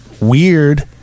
weird